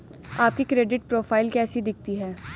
आपकी credit profile कैसी दिखती है?